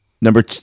Number